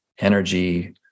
energy